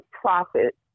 profit